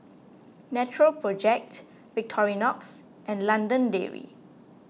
Natural Project Victorinox and London Dairy